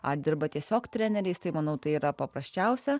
ar dirba tiesiog treneriais tai manau tai yra paprasčiausia